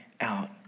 out